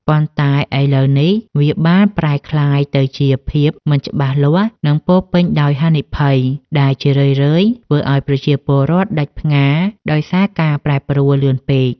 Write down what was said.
ប៉ុន្តែឥឡូវនេះវាបានប្រែក្លាយទៅជាភាពមិនច្បាស់លាស់ និងពោរពេញដោយហានិភ័យ ដែលជារឿយៗធ្វើឱ្យប្រជាពលរដ្ឋដាច់ផ្ងារដោយសារការប្រែប្រួលលឿនពេក។